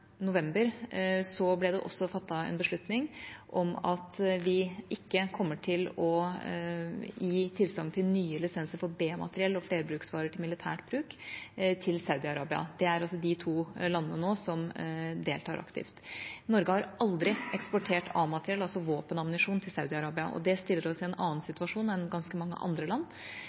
november ble det fattet en beslutning om at vi ikke kommer til å gi tilsagn til nye lisenser på B-materiell og flerbruksvarer til militært bruk til Saudi-Arabia. Det er de to landene som nå deltar aktivt. Norge har aldri eksportert A-materiell, altså våpen og ammunisjon, til Saudi-Arabia, og det stiller oss i en annen situasjon enn ganske mange andre land.